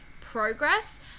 progress